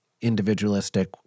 individualistic